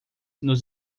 nos